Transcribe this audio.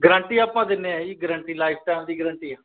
guarantee ਆਪਾਂ ਦਿੰਦੇ ਆ ਜੀ ਗਰੰਟੀ ਲਾਈਫ ਟਾਈਮ ਦੀ ਗਰੰਟੀ ਆ